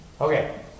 Okay